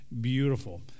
beautiful